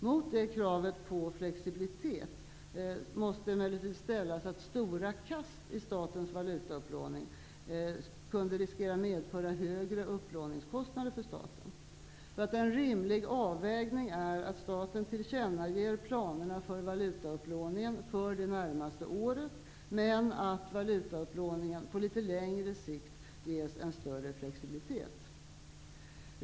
Mot detta behov av flexibilitet måste emellertid ställas att stora kast i statens valutaupplåning kan medföra högre upplåningskostnader för staten. En rimlig avvägning är att staten tillkännager planerna för valutaupplåning för det närmaste året, men att valutaupplåningen på litet längre sikt ges en större flexibilitet.